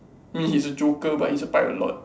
mean he's a joker but he's a pirate lord